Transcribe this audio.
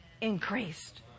increased